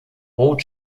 rot